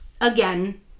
again